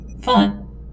fun